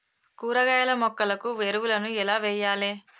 కూరగాయ మొక్కలకు ఎరువులను ఎలా వెయ్యాలే?